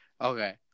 Okay